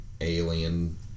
alien